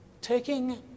Taking